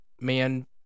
man